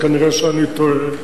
אז כנראה אני טועה,